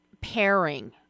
pairing